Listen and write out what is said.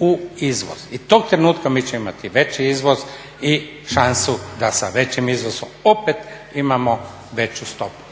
u izvoz. I tog trenutka mi ćemo imati veći izvoz i šansu da sa većim izvozom opet imamo veću stopu.